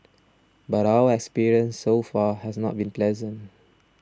but our experience so far has not been pleasant